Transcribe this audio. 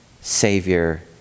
savior